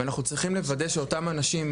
אנחנו צריכים לוודא שאותם אנשים,